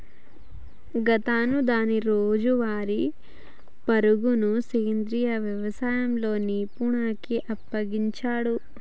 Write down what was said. గాతను దాని రోజువారీ పరుగును సెంద్రీయ యవసాయంలో నిపుణుడికి అప్పగించిండు